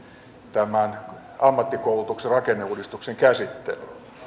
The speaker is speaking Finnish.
tämän ammattikoulutuksen rakenneuudistuksen käsittely